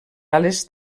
ales